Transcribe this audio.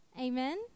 Amen